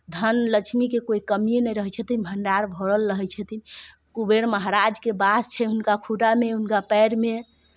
धन लक्ष्मीके कोइ कमिए नहि रहै छथिन भण्डार भरल रहै छथिन कुबेर महाराजके वास छै हुनका खुड़ामे हुनका पएरमे